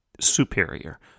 superior